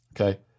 Okay